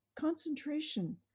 concentration